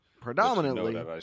predominantly